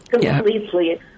completely